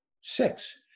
Six